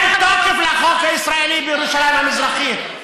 אין תוקף לחוק הישראלי בירושלים המזרחית.